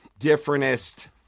differentest